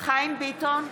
חיים ביטון,